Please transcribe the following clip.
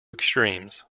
extremes